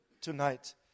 tonight